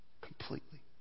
completely